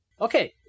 Okay